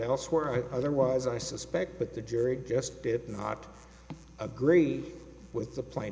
elsewhere otherwise i suspect that the jury just did not agree with the pla